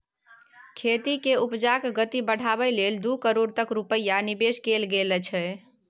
खेती केर उपजाक गति बढ़ाबै लेल दू करोड़ तक रूपैया निबेश कएल गेल छै